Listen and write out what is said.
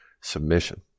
submission